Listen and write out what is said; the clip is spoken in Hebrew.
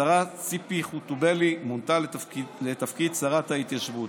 השרה ציפי חוטובלי מונתה לתפקיד שרת ההתיישבות.